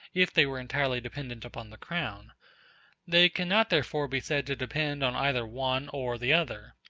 if they were entirely dependent upon the crown they cannot therefore be said to depend on either one or the other.